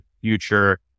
future